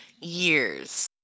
years